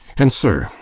and, sir,